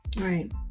Right